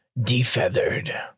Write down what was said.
Defeathered